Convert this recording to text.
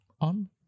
on